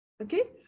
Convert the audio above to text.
okay